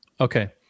okay